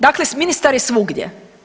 Dakle, ministar je svugdje.